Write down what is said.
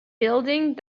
building